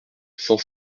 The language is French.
cent